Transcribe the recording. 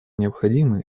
необходимы